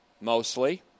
mostly